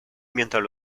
mientras